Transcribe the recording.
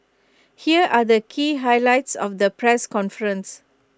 here are the key highlights of the press conference